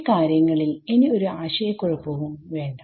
ഈ കാര്യങ്ങളിൽ ഇനി ഒരു ആശയകുഴപ്പവും വേണ്ട